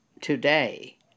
today